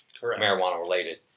marijuana-related